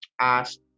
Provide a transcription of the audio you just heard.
ask